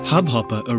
Hubhopper